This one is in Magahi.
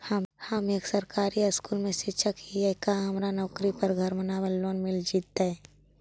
हम एक सरकारी स्कूल में शिक्षक हियै का हमरा नौकरी पर घर बनाबे लोन मिल जितै?